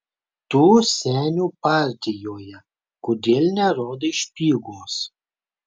tu senių partijoje kodėl nerodai špygos